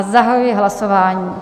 Zahajuji hlasování.